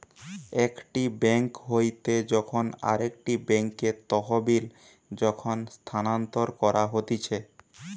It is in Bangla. একটি বেঙ্ক হইতে যখন আরেকটি বেঙ্কে তহবিল যখন স্থানান্তর করা হতিছে